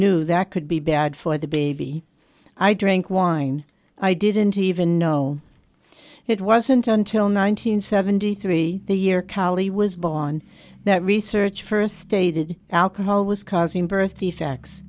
knew that could be bad for the baby i drink wine i didn't even know it wasn't until nine hundred seventy three the year cali was bawn that research first stated alcohol was causing birth defects